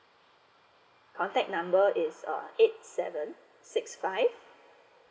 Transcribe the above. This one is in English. uh that number is uh eight seven six five